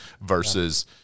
versus